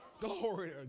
Glory